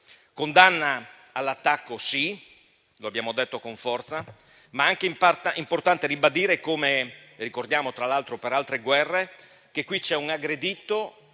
Condanna all'attacco, sì, lo abbiamo detto con forza, ma è anche importante ribadire, come ricordiamo tra l'altro per altre guerre, che qui c'è un aggredito